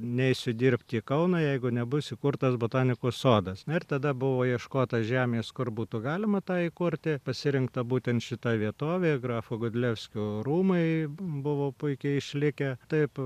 neisiu dirbt į kauną jeigu nebus įkurtas botanikos sodas ir tada buvo ieškota žemės kur būtų galima tą įkurti pasirinkta būtent šita vietovė grafo godlevskio rūmai buvo puikiai išlikę taip